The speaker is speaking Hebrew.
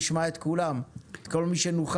נשמע את כולם, את כל מי שנוכל.